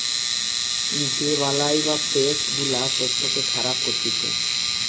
যে বালাই বা পেস্ট গুলা শস্যকে খারাপ করতিছে